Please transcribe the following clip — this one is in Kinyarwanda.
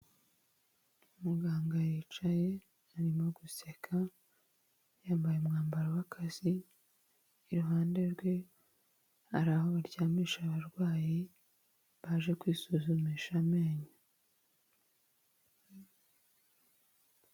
Muganga yicaye arimo guseka yambaye umwambaro w'akazi, iruhande rwe hari aho baryamisha abarwayi baje kwisuzumisha amenyo.